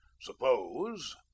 Suppose